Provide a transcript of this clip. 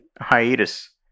hiatus